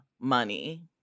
money